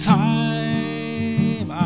time